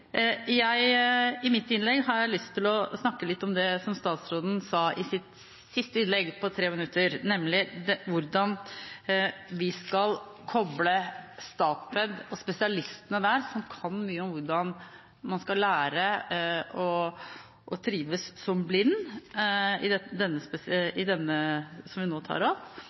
I mitt innlegg har jeg lyst til å snakke litt om det statsråden sa i sitt siste innlegg på tre minutter, nemlig om hvordan vi skal knytte eleven som er blind, opp mot spesialistene i Statped og deres kompetanse, som kan mye om hvordan man skal lære og trives som blind, som kan noe om det